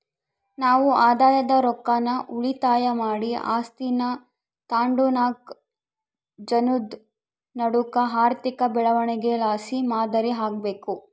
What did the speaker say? ನಾವು ಆದಾಯದ ರೊಕ್ಕಾನ ಉಳಿತಾಯ ಮಾಡಿ ಆಸ್ತೀನಾ ತಾಂಡುನಾಕ್ ಜನುದ್ ನಡೂಕ ಆರ್ಥಿಕ ಬೆಳವಣಿಗೆಲಾಸಿ ಮಾದರಿ ಆಗ್ಬಕು